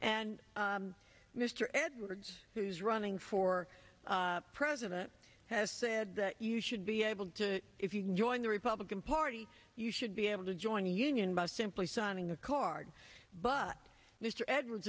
and mr edwards who's running for president has said that you should be able to if you can join the republican party you should be able to join a union boss employee signing a card but mr edwards